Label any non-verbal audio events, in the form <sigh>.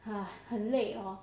<noise> 很累哦